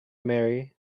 marry